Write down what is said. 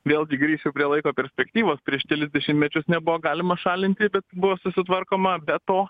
vėlgi grįšiu prie laiko perspektyvos prieš kelis dešimtmečius nebuvo galima šalinti bet buvo susitvarkoma be to